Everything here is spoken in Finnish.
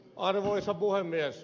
arvoisa puhemies